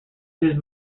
his